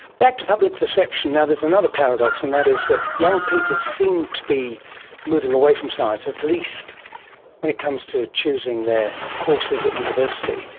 back to public perception. there is another paradox and that is that young people seem to be moving away from science, at least when it comes to choosing their courses at university.